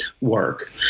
work